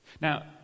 Now